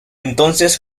entonces